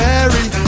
Mary